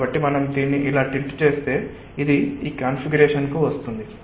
కాబట్టి మనం దీన్ని ఇలా టిల్ట్ చేస్తే ఇది ఈ కాన్ఫిగరేషన్కు వస్తుంది